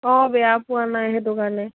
অঁ বেয়া পোৱা নাই সেইটো কাৰণে